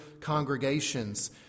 congregations